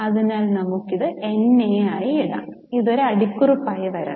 അതിനാൽ ഞങ്ങൾ ഇത് NA ആയി ഇടുകയാണ് ഇത് ഒരു അടിക്കുറിപ്പായി വരണം